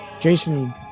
Jason